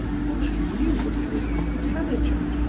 for she knew that he was intelligent,